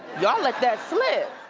y'all let that slip.